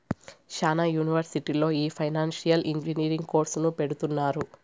శ్యానా యూనివర్సిటీల్లో ఈ ఫైనాన్సియల్ ఇంజనీరింగ్ కోర్సును పెడుతున్నారు